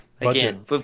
again